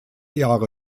jahre